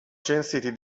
censiti